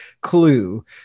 Clue